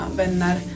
vänner